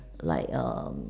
like um